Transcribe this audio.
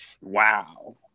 wow